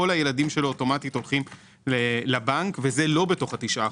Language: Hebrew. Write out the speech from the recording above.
כל הילדים שלו אוטומטית הולכים לבנק וזה לא בתוך ה-9%.